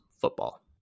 football